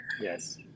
Yes